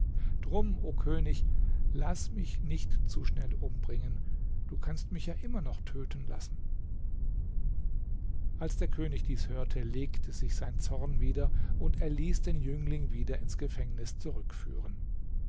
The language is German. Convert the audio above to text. drum o könig laß mich nicht zu schnell umbringen du kannst mich ja immer noch töten lassen als der könig dies hörte legte sich sein zorn wieder und er ließ den jüngling wieder ins gefängnis zurückführen